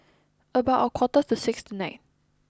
about a quarter to six tonight